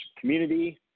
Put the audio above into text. community